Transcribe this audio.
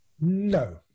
No